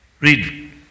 Read